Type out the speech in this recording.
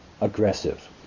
aggressive